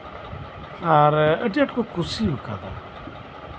ᱟᱨ ᱟᱹᱰᱤ ᱟᱸᱴ ᱠᱚ ᱠᱩᱥᱤ ᱟᱠᱟᱫᱟ